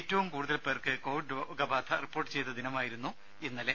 ഏറ്റവും കൂടുതൽ പേർക്ക് കോവിഡ് രോഗബാധ റിപ്പോർട്ട് ചെയ്ത ദിനമായിരുന്നു ഇന്നലെ